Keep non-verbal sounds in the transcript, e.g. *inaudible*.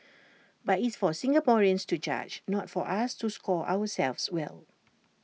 *noise* but it's for Singaporeans to judge not for us to score ourselves well